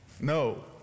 No